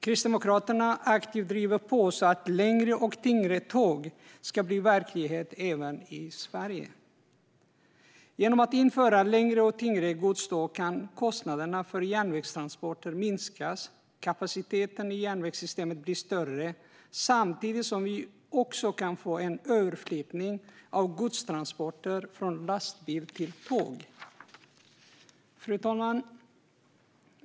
Kristdemokraterna driver aktivt på för att längre och tyngre tåg ska bli verklighet även i Sverige. Genom att införa längre och tyngre godståg kan kostnaderna för järnvägstransporter minska. Kapaciteten i järnvägssystemet blir större samtidigt som det kan ske en överflyttning av godstransporter från lastbil till tåg. Fru talman!